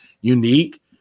unique